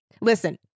listen